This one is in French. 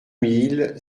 mille